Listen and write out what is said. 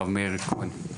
הרב מאיר כהן,